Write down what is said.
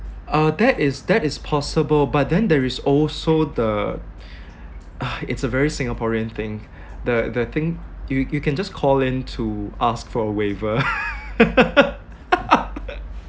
uh that is that is possible but then there is also the uh it's a very singaporean thing the the thing you you can just call in to ask for a waiver